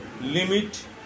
limit